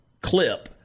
clip